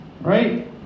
right